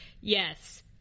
yes